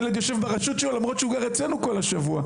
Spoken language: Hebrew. ילד יושב ברשות שלו למרות שהוא גר אצלנו כל השבוע.